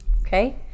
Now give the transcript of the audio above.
Okay